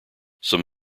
some